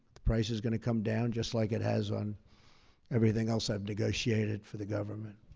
the price is going to come down, just like it has on everything else i've negotiated for the government.